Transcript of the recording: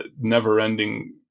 never-ending